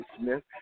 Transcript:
Smith